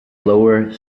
lower